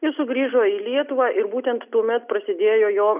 jis sugrįžo į lietuvą ir būtent tuomet prasidėjo jo